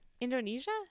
indonesia